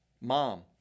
Mom